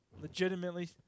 legitimately